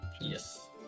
Yes